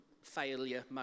failure